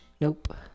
Nope